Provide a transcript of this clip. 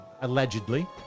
allegedly